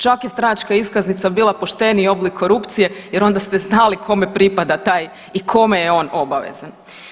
Čak je stranačka iskaznica bila pošteniji oblik korupcije jer onda ste znali kome pripada taj i kome je on obavezan.